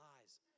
lies